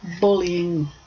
bullying